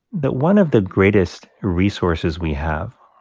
that one of the greatest resources we have,